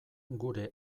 gure